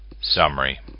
Summary